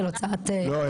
לא,